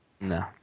No